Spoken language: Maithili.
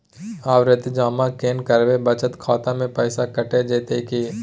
आवर्ति जमा केना करबे बचत खाता से पैसा कैट जेतै की?